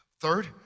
Third